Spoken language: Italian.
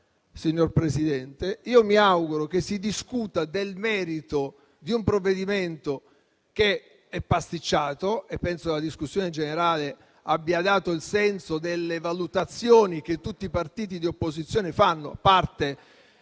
signor Presidente, io mi auguro che si discuta del merito di un provvedimento che è pasticciato. E penso che la discussione generale abbia dato il senso delle valutazioni che tutti i partiti di opposizione fanno, a parte